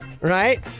right